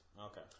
Okay